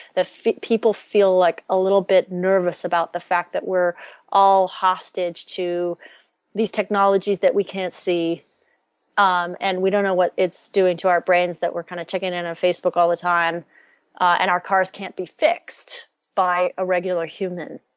people feel like a little bit nervous about the fact that we're all hostage to these technologies that we can't see um and we don't know what it's doing to our brains that we're kind of checking in our facebook all the time and our cars can't be fixed by a regular human.